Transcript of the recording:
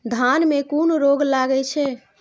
धान में कुन रोग लागे छै?